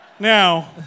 Now